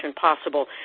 possible